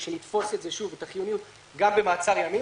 שנתפוס את החיוניות גם במעצר ימים,